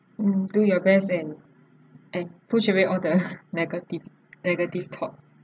mm do your best and and push away all the negative negative thoughts